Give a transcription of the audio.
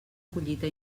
collita